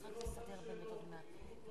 אז אני אומר לך, כי זה לא אותן שאלות.